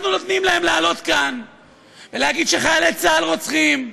אנחנו נותנים להם לעלות כאן ולהגיד שחיילי צה"ל רוצחים,